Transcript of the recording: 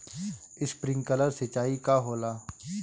Sprinkler सिंचाई का होला?